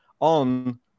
on